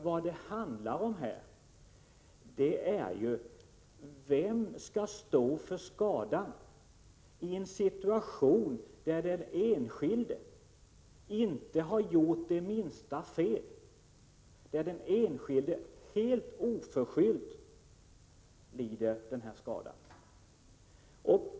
Vad det handlar om är vem som skall stå för skadan i en situation där den enskilde inte har gjort det minsta fel, där den enskilde helt oförskyllt lider skada.